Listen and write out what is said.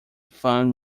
fun